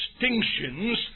distinctions